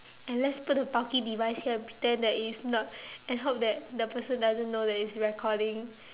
and let's put the bulky device here and pretend that it is not and hope that the person doesn't know that it's recording